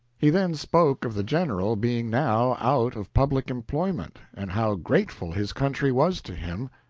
he then spoke of the general being now out of public employment, and how grateful his country was to him,